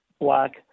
black